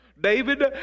David